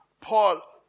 Paul